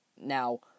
Now